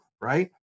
right